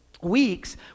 weeks